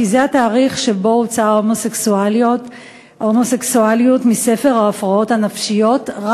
כי זה התאריך שבו הוצאה ההומוסקסואליות מספר ההפרעות הנפשיות,